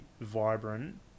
Vibrant